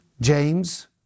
James